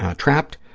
ah trapped,